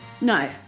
No